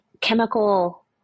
chemical